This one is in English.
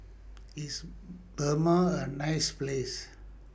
IS Burma A nice Place